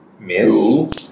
Miss